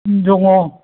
दङ'